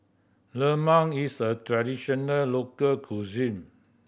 lemang is a traditional local cuisine